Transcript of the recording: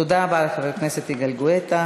תודה רבה לחבר הכנסת יגאל גואטה.